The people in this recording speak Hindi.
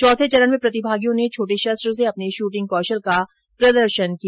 चौथे चरण में प्रतिभागियों ने छोटे शस्त्र से अपने शूटिंग कौशल का प्रदर्शन किया